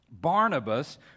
Barnabas